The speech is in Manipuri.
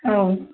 ꯑꯧ